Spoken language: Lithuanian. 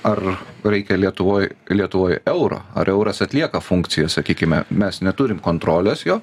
ar reikia lietuvoj lietuvoj euro ar euras atlieka funkciją sakykime mes neturim kontrolės jo